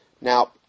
Now